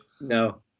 No